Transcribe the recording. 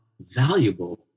valuable